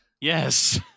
yes